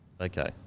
Okay